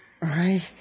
Right